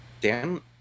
Dan